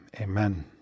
Amen